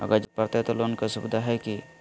अगर जरूरत परते तो लोन के सुविधा है की?